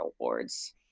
awards